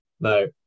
no